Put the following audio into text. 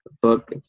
book